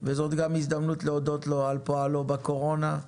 וזאת גם ההזדמנות להודות לו על פועלו בקורונה.